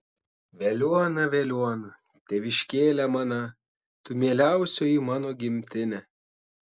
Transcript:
veliuona veliuona tėviškėle mana tu mieliausioji mano gimtine